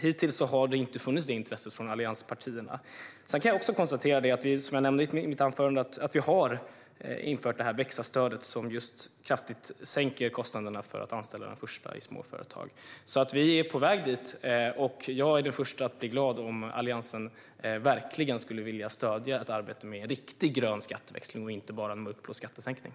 Hittills har det dock inte funnits något sådant intresse från allianspartierna. Som jag nämnde i mitt anförande har vi infört växa-stödet, som kraftigt sänker kostnaderna för den först anställda i småföretag. Vi är alltså på väg dit, och jag är den förste att bli glad om Alliansen verkligen vill stödja ett arbete med en riktig grön skatteväxling och inte bara en mörkblå skattesänkning.